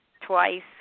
Twice